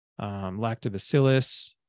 lactobacillus